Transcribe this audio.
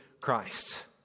Christ